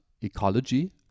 ecology